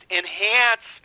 enhance